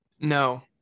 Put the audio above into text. no